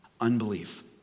Unbelief